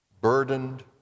burdened